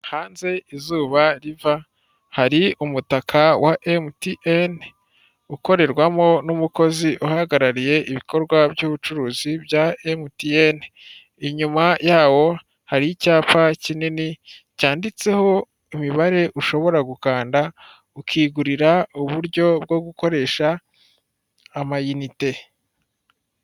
Hanze izuba riva hari umutaka wa emutiyene ukorerwamo n'umukozi uhagarariye ibikorwa byubucuruzi bya emutiyene inyuma yawo hari icyapa kinini cyanditseho imibare ushobora gukanda ukigurira uburyo bwo gukoresha amayinite.